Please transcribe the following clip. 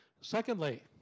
Secondly